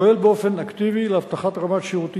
פועל באופן אקטיבי להבטחת רמת שירותים